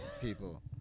People